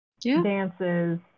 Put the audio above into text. dances